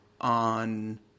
on